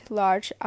large